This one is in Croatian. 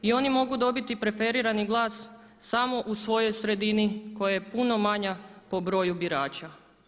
I oni mogu dobiti preferirani glas samo u svojoj sredini koja je puno manja po broju birača.